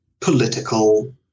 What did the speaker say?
political